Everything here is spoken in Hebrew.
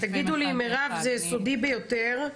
תגידו לי שזה סודי ביותר,